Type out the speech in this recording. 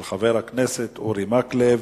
של חבר הכנסת אורי מקלב.